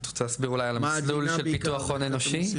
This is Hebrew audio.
אני רוצה אולי להסביר על המסלול שבתוך הון אנושי?